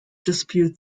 dispute